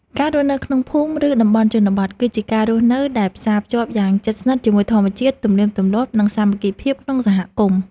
ការរស់នៅក្នុងភូមិ ឬតំបន់ជនបទ គឺជាការរស់នៅដែលផ្សារភ្ជាប់យ៉ាងជិតស្និទ្ធជាមួយធម្មជាតិ ទំនៀមទម្លាប់ និងសាមគ្គីភាពក្នុងសហគមន៍។